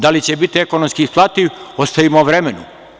Da li će biti ekonomski isplativ, ostavimo vremenu.